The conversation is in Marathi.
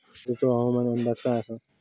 आजचो हवामान अंदाज काय आसा?